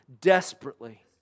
desperately